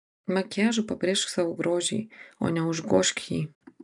makiažu pabrėžk savo grožį o ne užgožk jį